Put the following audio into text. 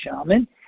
shaman